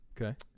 Okay